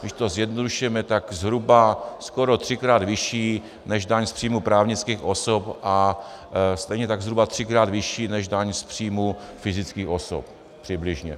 Když to zjednoduším, je tak zhruba skoro třikrát vyšší než daň z příjmu právnických osob a stejně tak zhruba třikrát vyšší než daň z příjmu fyzických osob přibližně.